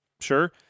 sure